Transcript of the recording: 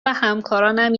وهمکارانم